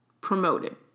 promoted